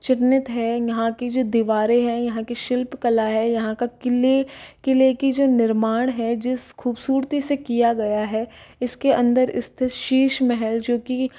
चिन्हित है यहाँ की जो दीवारें हैं यहाँ की शिल्प कला है यहाँ का किले किले की जो निर्माण है जिस खूबसूरती से किया गया है इसके अंदर स्थित शीश महल जो की